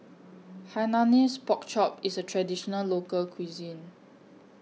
Hainanese Pork Chop IS A Traditional Local Cuisine